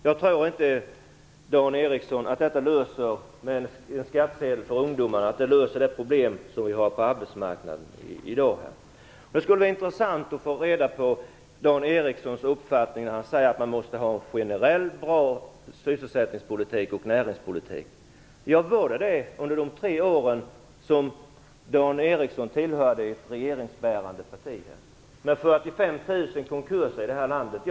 Jag tror inte att en skattsedel för ungdomar löser de problem som vi i dag har på arbetsmarknaden, Dan Ericsson. Det skulle vara intressant att få reda på Dan Ericssons uppfattning. Han säger att man måste ha generell och bra sysselsättningspolitik och näringspolitik. Fördes det sådan politik under de tre år som Dan Det skedde under den tiden 45 000 konkurser i det här landet.